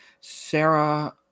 sarah